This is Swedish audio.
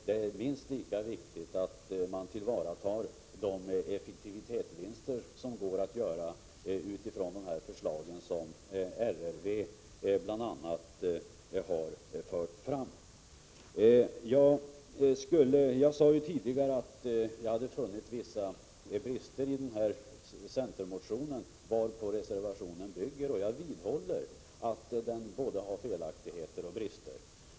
Det är minst lika viktigt att tillvarata de effektivitetsvinster som går att åstadkomma utifrån de förslag som riksrevisionsverket fört fram. Jag sade tidigare att jag funnit vissa brister i den centermotion varpå reservationen bygger, och jag vidhåller att den har både felaktigheter och brister.